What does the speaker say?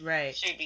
Right